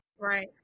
Right